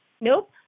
Nope